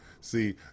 See